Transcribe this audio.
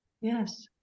yes